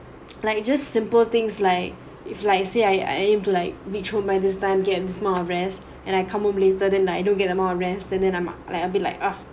like just simple things like if let's say I aim to like reach home my this time get more rest and I come home later then I don't get the amount of rest than in I'm like a bit like ah